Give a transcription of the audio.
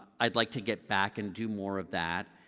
i'd like to get back and do more of that.